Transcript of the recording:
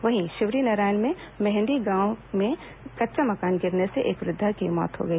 वहीं शिवरीनारायण के मेहंदी गांव में कच्चा मकान गिरने से एक वृद्धा की मृत्यु हो गई